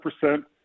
percent